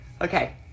Okay